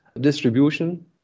distribution